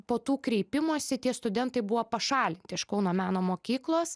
po tų kreipimųsi tie studentai buvo pašalinti iš kauno meno mokyklos